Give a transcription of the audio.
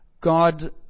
God